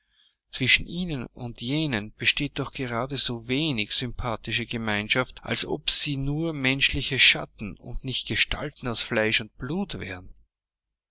zwischen ihnen und jenen besteht doch gerade so wenig sympathische gemeinschaft als ob sie nur menschliche schatten und nicht gestalten aus fleisch und blut wären